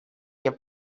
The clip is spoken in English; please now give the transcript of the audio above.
your